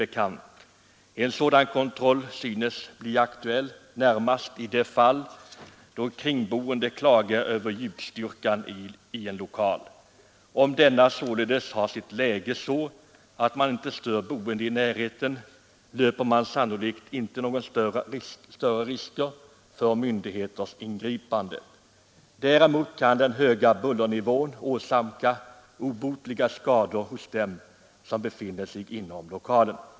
En sådan kontroll synes bli aktuell närmast i det fall då kringboende klagar över ljudstyrkan i en lokal. Om lokalen således ligger så att man inte stör boende i närheten löper man sannolikt inte några större risker för myndigheternas ingripande. Däremot kan den höga bullernivån orsaka obotliga skador hos dem som befinner sig inom lokalen.